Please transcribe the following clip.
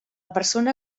persona